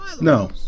no